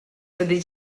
fyddi